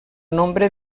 nombre